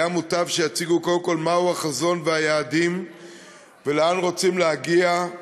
היה מוטב שיציגו קודם כול מהו החזון ומהם היעדים ולאן רוצים להגיע,